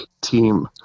team